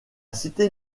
cité